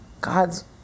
God's